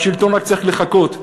השלטון רק צריך לחכות.